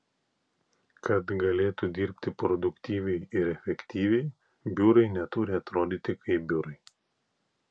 kad galėtų dirbti produktyviai ir efektyviai biurai neturi atrodyti kaip biurai